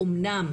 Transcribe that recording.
אומנם